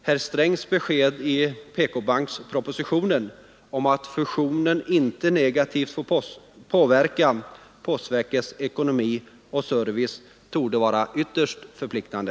Herr Strängs besked i PK-bankspropositionen om att fusionen inte negativt får påverka postverkets ekonomi och service torde vara ytterst förpliktande.